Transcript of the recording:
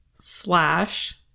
slash